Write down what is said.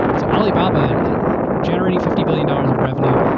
so alibaba generates fifty billion dollars of revenue,